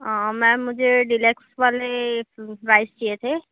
ma'am मुझे deluxe वाले सुक्ष्म राइस चाहिए थे